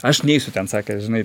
aš neisiu ten sakė žinai